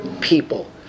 people